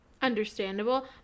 Understandable